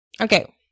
Okay